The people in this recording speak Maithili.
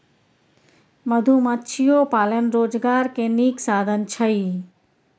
मधुमाछियो पालन रोजगार के नीक साधन छइ